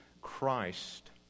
Christ